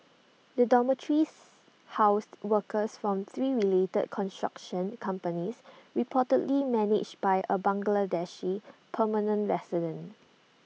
the dormitories housed workers from three related construction companies reportedly managed by A Bangladeshi permanent resident